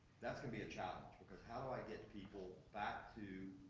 that's gonna be a challenge because how i get people back to,